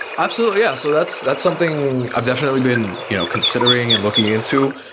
absolutely, yeah. so that's that's something i've definitely been you know considering and looking into.